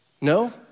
No